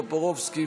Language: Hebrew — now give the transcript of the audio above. בועז טופורובסקי,